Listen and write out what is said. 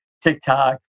TikTok